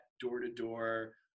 door-to-door